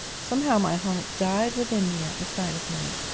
somehow my heart died within me at the sight of him.